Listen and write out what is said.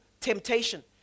temptation